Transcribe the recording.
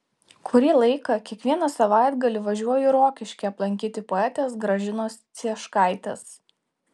kurį laiką kiekvieną savaitgalį važiuoju į rokiškį aplankyti poetės gražinos cieškaitės